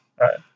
right